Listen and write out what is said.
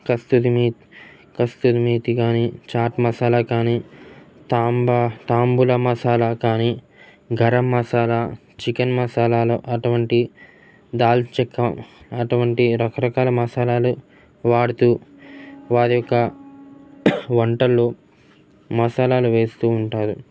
కస్తూది మీ కస్తూరి మేతి కానీ చాట్ మసాలా కానీ తాంబా తాంబుల మసాలా కానీ గరం మసాలా చికెన్ మసాలాలు అటువంటి దాల్చిన చెక్క అటువంటి రకరకాల మసాలాలు వాడుతూ వారి యొక్క వంటల్లో మసాలాలు వేస్తూ ఉంటారు